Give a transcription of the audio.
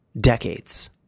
decades